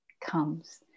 comes